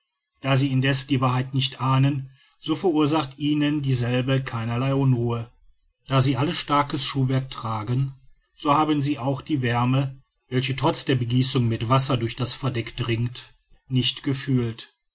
da sie indeß die wahrheit nicht ahnen so verursacht ihnen dieselbe keinerlei unruhe da sie alle starkes schuhwerk tragen so haben sie auch die wärme welche trotz der begießung mit wasser durch das verdeck dringt nicht gefühlt